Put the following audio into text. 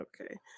Okay